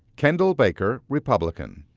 kendall baker, republican.